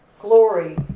Glory